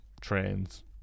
trains